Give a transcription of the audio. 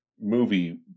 movie